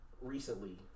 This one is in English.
Recently